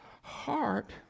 heart